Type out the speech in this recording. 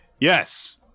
Yes